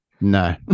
No